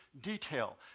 detail